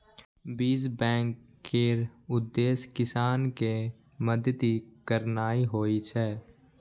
बीज बैंक केर उद्देश्य किसान कें मदति करनाइ होइ छै